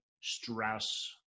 stress